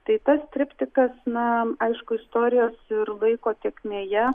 tai tas triptikas na aišku istorijos ir laiko tėkmėje